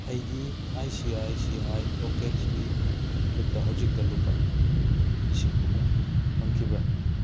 ꯑꯩꯒꯤ I C I C I ꯄꯣꯛꯀꯦꯠꯁꯒꯤ ꯈꯨꯠꯇ ꯍꯧꯖꯤꯛꯇ ꯂꯨꯄꯥ ꯂꯤꯁꯤꯡ ꯑꯍꯨꯝ ꯐꯪꯈꯤꯕ꯭ꯔꯥ